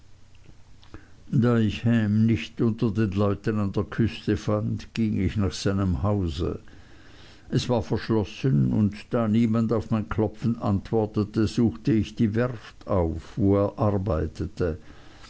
da ich ham nicht unter den leuten an der küste fand ging ich nach seinem hause es war verschlossen und da niemand auf mein klopfen antwortete suchte ich die werft auf wo er arbeitete